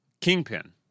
Kingpin